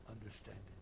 understanding